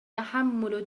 تحمل